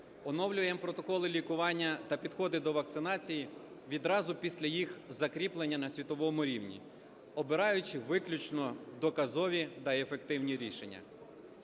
оновлюємо протоколи лікування та підходи до вакцинації відразу після їх закріплення на світовому рівні, обираючи виключно доказові та ефективні рішення.